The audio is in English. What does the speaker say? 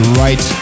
right